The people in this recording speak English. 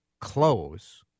close